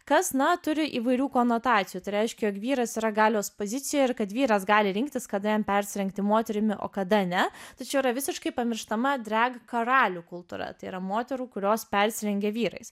kas na turi įvairių konotacijų tai reiškia jog vyras yra galios pozicijoje ir kad vyras gali rinktis kada jam persirengti moterimi o kada ne tačiau yra visiškai pamirštama drag karalių kultūra tai yra moterų kurios persirengia vyrais